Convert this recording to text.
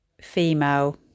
female